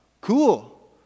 cool